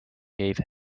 gave